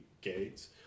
gates